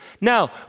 Now